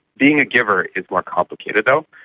being a giver is more complicated though,